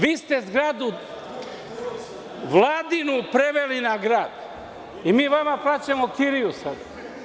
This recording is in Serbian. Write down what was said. Vi ste zgradu Vladinu preveli na grad i mi vama plaćamo kiriju sada.